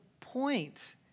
point